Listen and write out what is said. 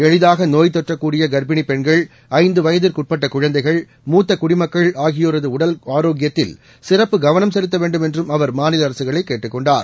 எளிதாக நோய்த்தொற்றக் கூடிய கா்ப்பிணி பெண்கள் ஐந்து வயதிற்குட்பட்ட குழந்தைகள் மூத்த குடிமக்கள் ஆகியோரது உடல் ஆரோக்கியத்தில் சிறப்பு கவனம் செலுத்த வேண்டும் என்றும் அவர் மாநில அரசுகளை கேட்டுக் கொண்டார்